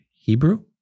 Hebrew